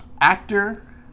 Actor